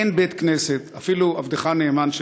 אין בית-כנסת, אפילו עבדך הנאמן,